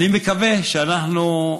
אני מקווה שאנחנו,